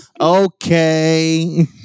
Okay